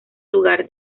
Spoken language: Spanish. lugar